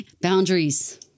boundaries